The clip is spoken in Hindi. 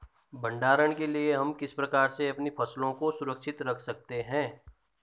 भंडारण के लिए हम किस प्रकार से अपनी फसलों को सुरक्षित रख सकते हैं?